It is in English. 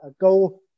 go